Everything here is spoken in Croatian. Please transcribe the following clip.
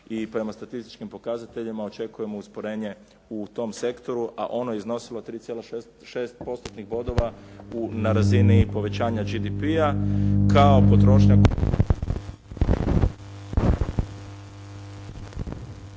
i prema statističkim pokazateljima očekujemo usporenje u tom sektoru a ono je iznosilo 3,6 postotnih bodova na razini povećanja GDP-a kao potrošnja